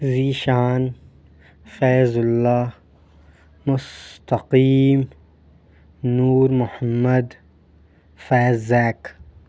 Zeeshan Faizullah Mustaqim Noor Mohammad فیضیک